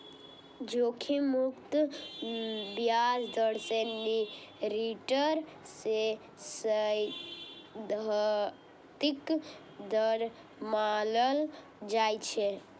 जोखिम मुक्त ब्याज दर कें रिटर्न के सैद्धांतिक दर मानल जाइ छै